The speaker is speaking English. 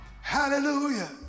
Hallelujah